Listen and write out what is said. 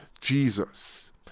Jesus